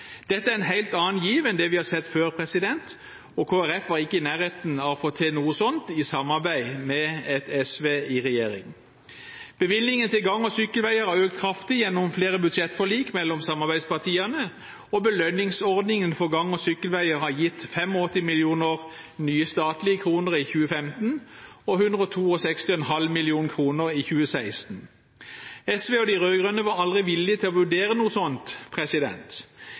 Dette er en helt annen giv enn det vi har sett før, og Kristelig Folkeparti var ikke i nærheten av å få til noe sånt i samarbeid med et SV i regjering. Bevilgningene til gang- og sykkelveier har økt kraftig gjennom flere budsjettforlik mellom samarbeidspartiene, og belønningsordningen for gang- og sykkelveier har gitt 85 mill. nye statlige kroner i 2015 og 162,5 mill. kr i 2016. SV og de rød-grønne var aldri villige til å vurdere noe sånt.